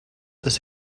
this